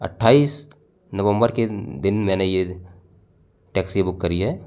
अठ्ठाईस नवम्बर के दिन मैंने यह टैक्सी बुक करी है